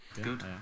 Good